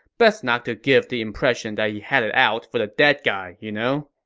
best not to give the impression that he had it out for the dead guy, you know?